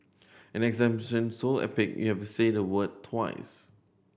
an so epic you have say the word twice